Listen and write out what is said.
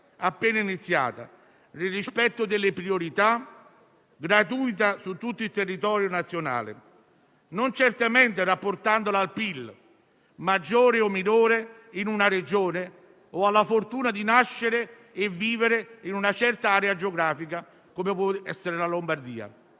appena iniziata, nel rispetto delle priorità e gratuitamente su tutto il territorio nazionale, non certo rapportandola al PIL, maggiore o minore, di ogni singola Regione o alla fortuna di nascere e vivere in una certa area geografica, come ad esempio la Lombardia.